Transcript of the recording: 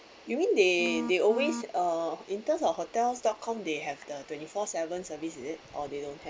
you mean they they always uh in terms of hotels dot com they have the twenty four seven service is it or they don't have